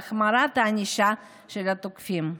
בהחמרת הענישה של התוקפים.